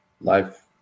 life